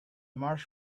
marsh